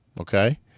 okay